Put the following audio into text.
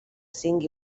cinc